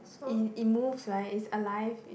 it it moves right it's alive